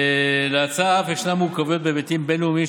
להצעה יש מורכבות אף בהיבטים בין-לאומיים,